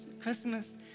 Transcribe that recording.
Christmas